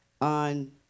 On